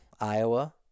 Iowa